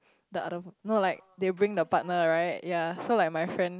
the other no like they bring the partner right yea so like my friend